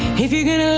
if you get. ah